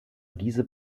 diese